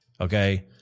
Okay